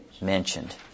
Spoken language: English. mentioned